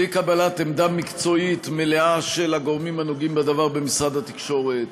בלי קבלת עמדה מקצועית מלאה של הגורמים הנוגעים בדבר במשרד התקשורת,